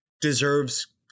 deserves